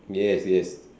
yes yes